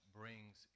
brings